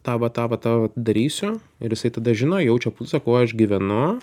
tą va tą va tą va darysiu ir jisai tada žino jaučia pulsą kuo aš gyvenu